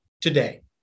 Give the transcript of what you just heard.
today